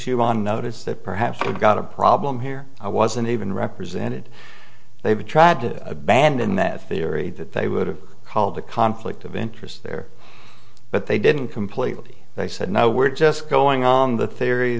you on notice that perhaps we've got a problem here i wasn't even represented they tried to abandon that theory that they would have called the conflict of interest there but they didn't completely they said no we're just going on the theory